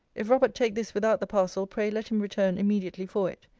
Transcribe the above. if robert take this without the parcel, pray let him return immediately for it.